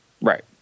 right